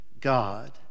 God